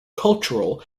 cultural